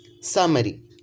Summary